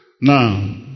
Now